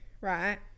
right